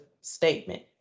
statement